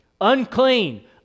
Unclean